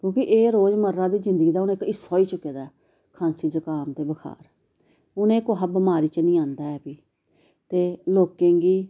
क्योंकि एह् रोजमर्रा दी जिंदगी दा हून इक्क हिस्सा होई चुके दा ऐ खांसी जुकाम ते बखार हून कुसै बमारी च नेईं आंदा ऐ बी ते लोकें गी